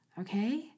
Okay